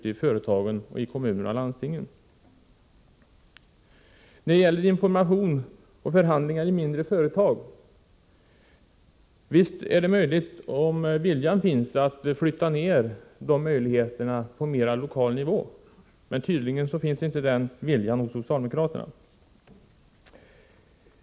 En av våra reservationer gäller information och förhandling i mindre företag. Visst är det möjligt — om viljan finns — att föra ned informationsoch förhandlingsskyldigheten på mera lokal nivå. Men tydligen saknas den viljan hos socialdemokraterna.